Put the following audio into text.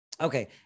okay